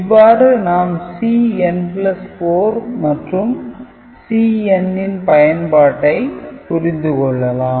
இவ்வாறு நாம் Cn4 மற்று Cn ன் பயன்பாட்டை புரிந்துக் கொள்ளலாம்